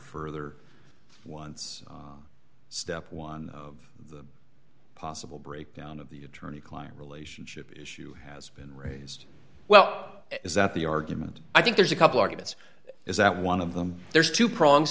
further once step one of the possible breakdown of the attorney client relationship issue has been raised well is that the argument i think there's a couple arguments is that one of them there's two pro